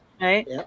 right